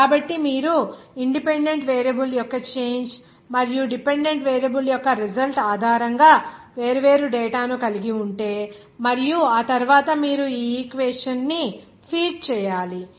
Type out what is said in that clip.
కాబట్టి మీరు independent variable యొక్క చేంజ్ మరియు డిపెండెంట్ వేరియబుల్ యొక్క రిజల్ట్ ఆధారంగా వేర్వేరుగా డేటాను కలిగి ఉంటే మరియు ఆ తరువాత మీరు ఈ ఈక్వేషన్ ని ఫీడ్ చేయాలి